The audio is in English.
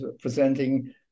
presenting